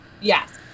Yes